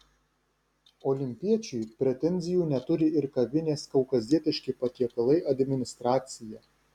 olimpiečiui pretenzijų neturi ir kavinės kaukazietiški patiekalai administracija